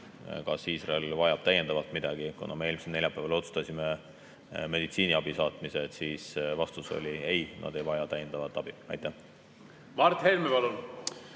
kas Iisrael vajab täiendavalt midagi. Me ju eelmisel neljapäeval otsustasime meditsiiniabi saatmise. Vastus oli ei, nad ei vaja täiendavat abi. Mart